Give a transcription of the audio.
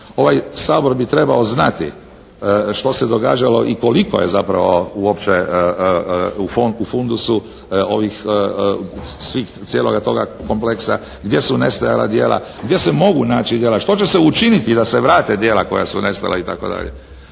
Ovaj Sabor bi trebao znati što se događalo i koliko je zapravo uopće u fundusu ovih svih cijeloga toga kompleksa, gdje su nestajala djela, gdje se mogu naći djela, što će se učiniti da se vrate djela koja su nestala itd.